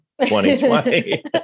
2020